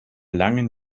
langen